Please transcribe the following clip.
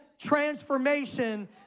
transformation